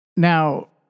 Now